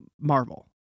marvel